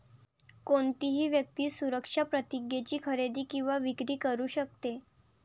कोणतीही व्यक्ती सुरक्षा प्रतिज्ञेची खरेदी किंवा विक्री करू शकते